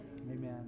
Amen